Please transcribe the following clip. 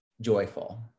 joyful